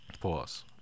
Pause